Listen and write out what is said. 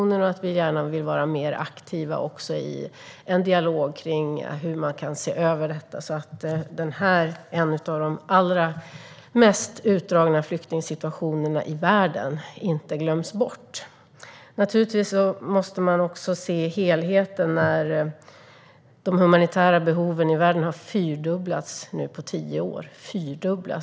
Vi säger också att vi gärna vill vara mer aktiva också i en dialog om hur man kan se över detta så att denna flyktingsituation, en av de allra mest utdragna i världen, inte glöms bort. Naturligtvis måste man också se helheten när de humanitära behoven i världen har fyrdubblats på tio år.